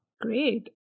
Great